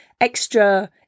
extra